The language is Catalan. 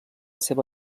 seva